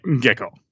Gecko